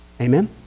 Amen